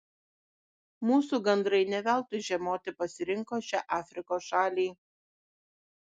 mūsų gandrai ne veltui žiemoti pasirinko šią afrikos šalį